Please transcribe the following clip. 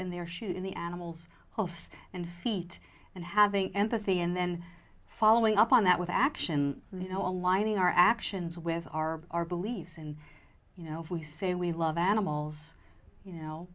in their shoes in the animal's health and feet and having empathy and then following up on that with action you know aligning our actions with our our beliefs and you know if we say we love animals you know